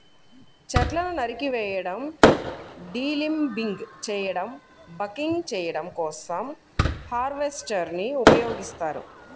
చెట్లను నరికివేయడం, డీలింబింగ్ చేయడం, బకింగ్ చేయడం కోసం హార్వెస్టర్ ని ఉపయోగిస్తారు